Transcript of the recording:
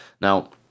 Now